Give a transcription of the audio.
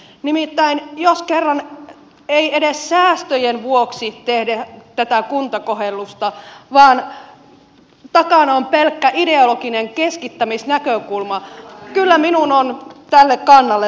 nimittäin jos kerran ei edes säästöjen vuoksi tehdä tätä kuntakohellusta vaan takana on pelkkä ideologinen keskittämisnäkökulma kyllä minun on tälle kannalle mentävä